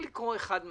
לקרות אחת משתיים.